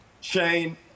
Shane